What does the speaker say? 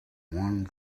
one